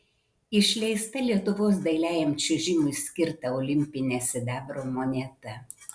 išleista lietuvos dailiajam čiuožimui skirta olimpinė sidabro moneta